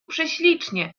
prześlicznie